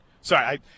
Sorry